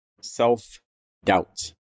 self-doubt